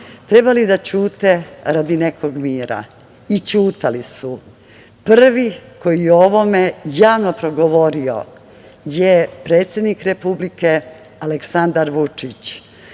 trebale da ćute radi nekog mira. I ćutali su. Prvi koji je o ovome javno progovorio je predsednik Republike Aleksandar Vučić.